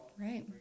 Right